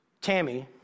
Tammy